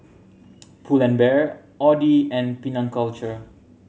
Pull and Bear Audi and Penang Culture